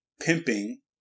pimping